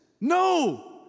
no